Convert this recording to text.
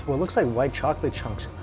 it looks like white chocolate chunks